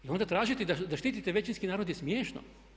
I onda tražiti da štite većinski narod je smiješno.